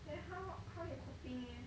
then how how you coping eh